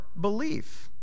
belief